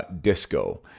Disco